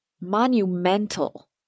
monumental